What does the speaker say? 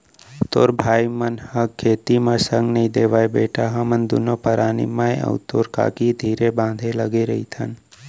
तोर भाई मन ह खेती म संग नइ देवयँ बेटा हमन दुनों परानी मैं अउ तोर काकी धीरे बांधे लगे रइथन